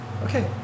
Okay